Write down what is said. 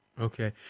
Okay